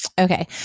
Okay